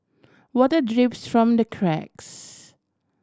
water drips from the cracks